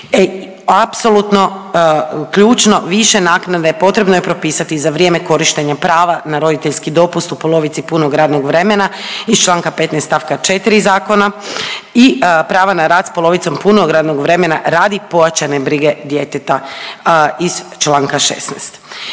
Apsolutno ključno više naknade potrebno je propisati za vrijeme korištenja prava na roditeljski dopust u polovici punog radnog vremena iz Članka 15. stavak 4. zakona i prava na rad s polovicom punog radnog vremena radi pojačane brige djeteta iz Članka 16.